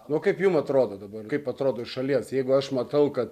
nu kaip jum atrodo dabar kaip atrodo iš šalies jeigu aš matau kad